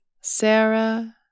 Sarah